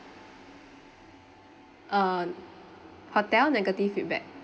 uh hotel negative feedback